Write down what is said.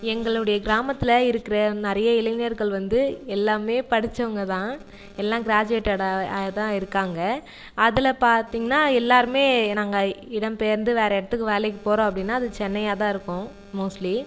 எங்களுடைய கிராமத்தில் இருக்கிற நிறைய இளைஞர்கள் வந்து எல்லாமே படிச்சவங்க தான் எல்லா க்ராஜிவேட்டடாக அ ஆதான் இருக்காங்கள் அதில் பார்த்தீங்னா எல்லோருமே நாங்கள் இடம்பெயர்ந்து வேறு இடத்துக்கு வேலைக்கு போகிறோம் அப்படினா அது சென்னையாதாயிருக்கும் மோஸ்ட்லி